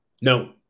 No